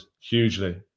hugely